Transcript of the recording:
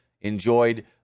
enjoyed